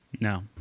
No